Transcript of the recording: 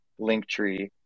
Linktree